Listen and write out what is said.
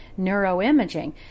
neuroimaging